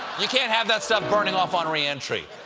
you can't have that stuff burning off on reentry.